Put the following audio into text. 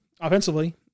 offensively